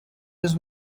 his